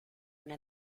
una